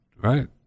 right